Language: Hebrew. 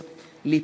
כהן,